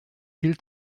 viel